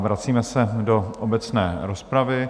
Vracíme se do obecné rozpravy.